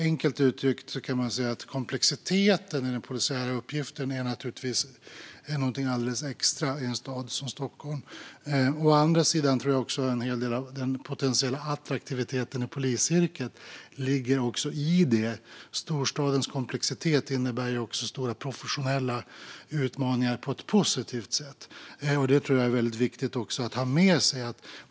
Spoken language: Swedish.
Enkelt uttryckt kan man säga att komplexiteten i den polisiära uppgiften är något alldeles extra i en stad som Stockholm. Å andra sidan tror jag att en hel del av den potentiella attraktiviteten i polisyrket också ligger i det. Storstadens komplexitet innebär stora professionella utmaningar på ett positivt sätt. Det tror jag är väldigt viktigt att ha med sig.